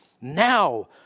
Now